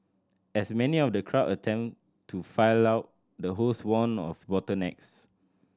as many of the crowd attempted to file out the host warned of bottlenecks